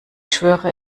schwöre